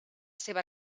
seva